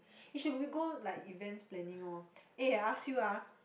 you should be go like events planning oh eh I ask you ah